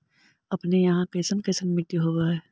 अपने यहाँ कैसन कैसन मिट्टी होब है?